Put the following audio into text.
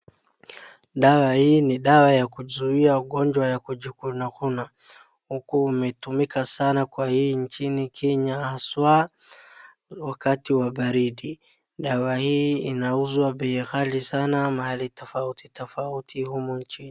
Dawa hii ni dawa ya kuzuia ugonjwa ya kujikunakuna uku umetumika sana kwa hii nchini Kenya haswa wakati wa baridi. Dawa hii inauzwa bei ghali sana mahali tofauti tofauti humu nchini.